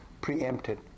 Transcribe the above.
preempted